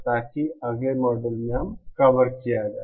ताकि अगले मॉड्यूल में कवर किया जाए